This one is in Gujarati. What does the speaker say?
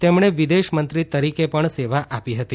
તેમણે વિદેશ મંત્રી તરીકે પણ સેવા આપી હતી